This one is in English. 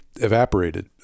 evaporated